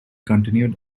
continued